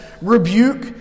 rebuke